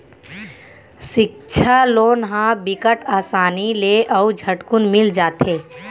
सिक्छा लोन ह बिकट असानी ले अउ झटकुन मिल जाथे